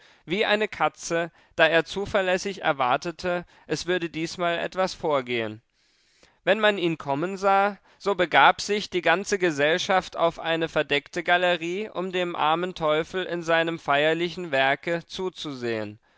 wie eine katze da er zuverlässig erwartete es würde diesmal etwas vorgehen wenn man ihn kommen sah so begab sich die ganze gesellschaft auf eine verdeckte galerie um dem armen teufel in seinem feierlichen werke zuzusehen